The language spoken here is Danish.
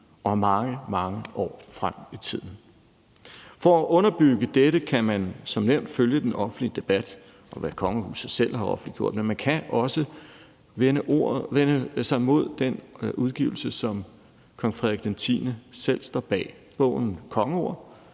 og mange, mange år frem i tiden. Kl. 13:06 For at underbygge dette kan man som nævnt følge den offentlige debat, og hvad kongehuset selv har offentliggjort, men man kan også vende sig imod den udgivelse, som kong Frederik X selv står bag, bogen »Kongeord«,